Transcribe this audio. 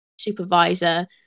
supervisor